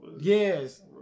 yes